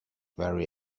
very